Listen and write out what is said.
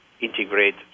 integrate